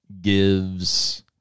gives